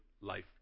life